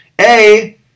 A-